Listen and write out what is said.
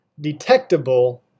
detectable